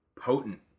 potent